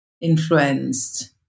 influenced